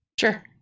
Sure